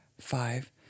five